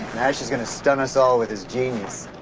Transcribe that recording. nash is going to stun us all with his genius.